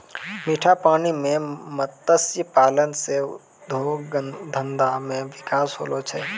मीठा पानी मे मत्स्य पालन से उद्योग धंधा मे बिकास होलो छै